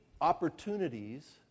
opportunities